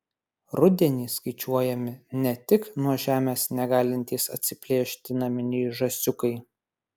rudenį skaičiuojami ne tik nuo žemės negalintys atsiplėšti naminiai žąsiukai